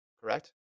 correct